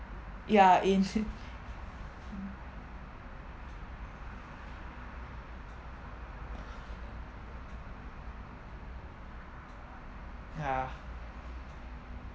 ya in ya